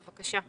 בבקשה.